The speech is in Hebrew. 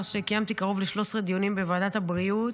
שקיימתי קרוב ל-13 דיונים בוועדת הבריאות.